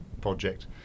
project